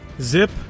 Zip